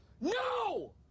no